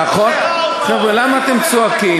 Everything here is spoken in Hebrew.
לא הכנסת, חבר'ה, למה אתם צועקים?